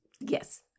Yes